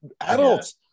adults